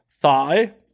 Thigh